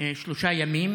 שלושה ימים,